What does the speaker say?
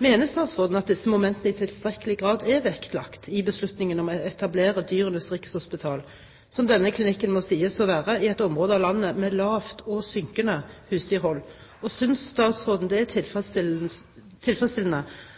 Mener statsråden at disse momentene i tilstrekkelig grad er vektlagt i beslutningen om å etablere dyrenes rikshospital, som denne klinikken må sies å være, i et område av landet med lavt, og synkende, husdyrhold? Og: Synes statsråden det er tilfredsstillende